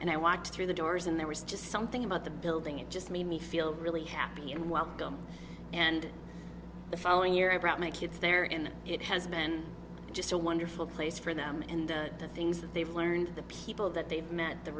and i watched through the doors and there was just something about the building it just made me feel really happy and welcome and the following year i brought my kids there in it has been just a wonderful place for them and the things that they've learned the people that they've met the